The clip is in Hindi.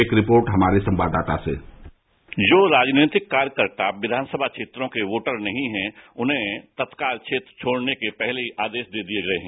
एक रिपोर्ट हमारे संवाददाता से जो राजनीतिक कार्यकर्ता विघानसभा क्षेत्रों के वोटर नहीं है उन्हें तत्काल क्षेत्र छोडने के पहले ही आदेश दे दिए गए हैं